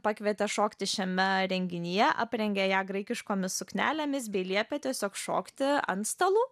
pakvietė šokti šiame renginyje aprengė ją graikiškomis suknelėmis bei liepė tiesiog šokti ant stalų